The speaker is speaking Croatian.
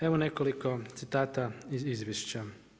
Evo nekoliko citata iz izvješća.